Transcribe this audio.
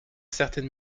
certaines